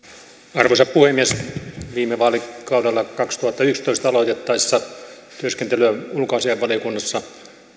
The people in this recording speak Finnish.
arvoisa puhemies viime vaalikaudella kaksituhattayksitoista aloitettaessa työskentelin ulkoasiainvaliokunnassa